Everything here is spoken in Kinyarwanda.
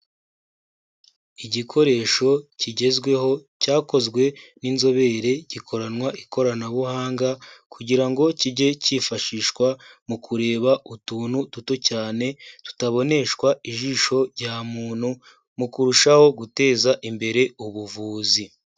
Igikoresho kigezweho, cyakozwe n'inzobere, gikoranwa ikoranabuhanga kugira ngo kijye cyifashishwa mu kureba utuntu duto cyane tutaboneshwa ijisho rya muntu mu kurushaho guteza imbere ubuvuzi.